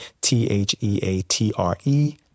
T-H-E-A-T-R-E